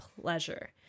pleasure